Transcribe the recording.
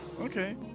Okay